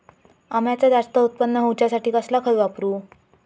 अम्याचा जास्त उत्पन्न होवचासाठी कसला खत वापरू?